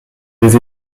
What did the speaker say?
des